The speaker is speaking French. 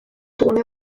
tourné